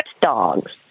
dogs